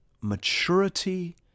maturity